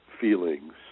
feelings